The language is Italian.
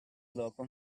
dopo